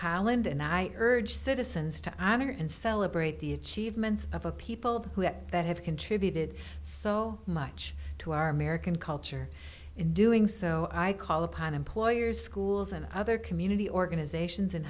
holland and i urge citizens to honor and celebrate the achievements of a people who have that have contributed so much to our american culture in doing so i call upon employers schools and other community organizations